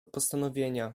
postanowienia